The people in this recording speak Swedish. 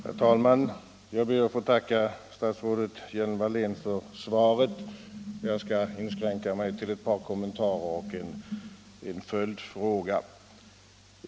Herr talman! Jag ber att få tacka statsrådet Hjelm-Wallén för svaret, och jag skall inskränka mig till ett par kommentarer och en följdfråga.